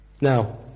Now